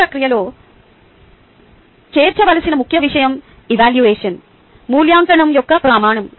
ఈ ప్రక్రియలో చేర్చవలసిన ముఖ్యవిషయం ఎవాల్యువషన్ మూల్యాంకనం యొక్క ప్రమాణం